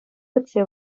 кӗтсе